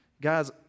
Guys